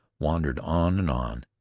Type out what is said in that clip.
wandered on and on,